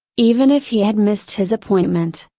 even if he had missed his appointment,